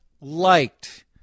liked